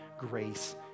grace